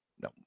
no